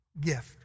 gift